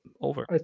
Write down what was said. over